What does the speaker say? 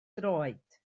droed